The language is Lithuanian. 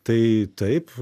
tai taip